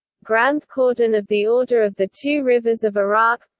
grand cordon of the order of the two rivers of iraq